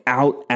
out